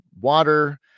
Water